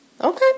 Okay